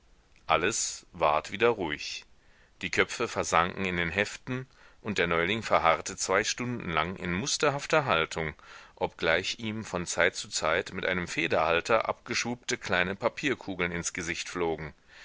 alles ward wieder ruhig die köpfe versanken in den heften und der neuling verharrte zwei stunden lang in musterhafter haltung obgleich ihm von zeit zu zeit mit einem federhalter abgeschwuppte kleine papierkugeln ins gesicht flogen